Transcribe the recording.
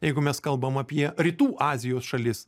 jeigu mes kalbam apie rytų azijos šalis